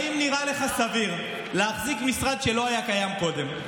האם נראה לך סביר להחזיק משרד שלא היה קיים קודם?